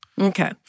Okay